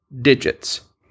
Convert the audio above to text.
digits